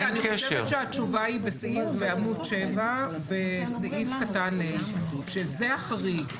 אני חושבת שהתשובה היא בעמוד 7 בסעיף קטן (ה) שזה החריג.